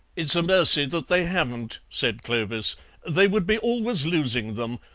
it's a mercy that they haven't, said clovis they would be always losing them,